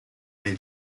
nel